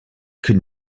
could